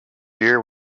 year